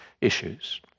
issues